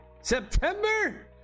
September